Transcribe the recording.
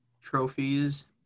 trophies